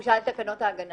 תקנות ההגנה